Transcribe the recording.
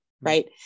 Right